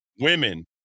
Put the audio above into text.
women